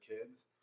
kids